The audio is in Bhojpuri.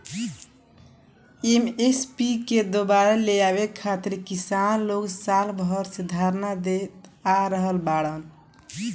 एम.एस.पी के दुबारा लियावे खातिर किसान लोग साल भर से धरना देत आ रहल बाड़न